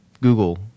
Google